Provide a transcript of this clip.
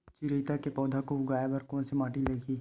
चिरैता के पौधा को उगाए बर कोन से माटी लगही?